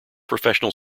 professional